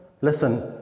Listen